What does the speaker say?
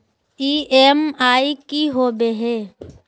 EMI की होवे है?